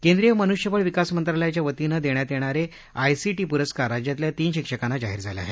केंद्रीय मनुष्यबळ विकास मंत्रालयाच्या वतीनं देण्यात येणारे आयसीटी पुरस्कार राज्यातल्या तीन शिक्षकांना जाहीर झाले आहेत